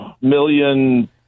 million